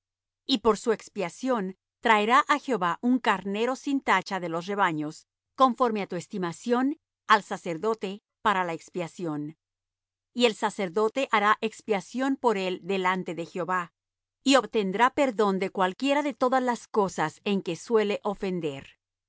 y por su expiación traerá á jehová un carnero sin tacha de los rebaños conforme á tu estimación al sacerdote para la expiación y el sacerdote hará expiación por él delante de jehová y obtendrá perdón de cualquiera de todas las cosas en que suele ofender